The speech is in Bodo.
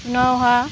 उनावहाय